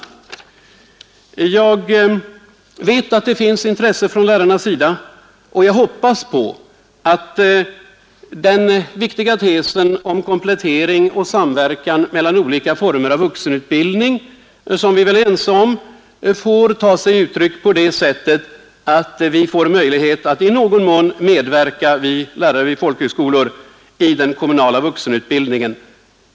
Jag vet att det finns intresse från lärarnas sida, och jag hoppas att den viktiga tesen om komplettering och samverkan mellan olika former av vuxenutbildning, som vi väl är ense om, kan ta sig uttryck på det sättet att lärare vid folkhögskolor får möjlighet att i någon mån medverka i den kommunala vuxenutbildningen.